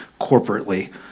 corporately